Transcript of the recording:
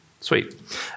Sweet